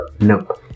nope